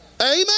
Amen